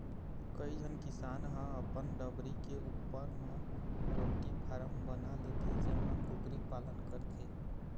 कइझन किसान ह अपन डबरी के उप्पर म पोल्टी फारम बना लेथे जेमा कुकरी पालन करथे